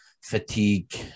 fatigue